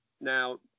Now